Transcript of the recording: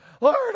Lord